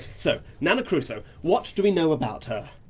so! nana crusoe! what do we know about her?